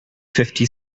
fifty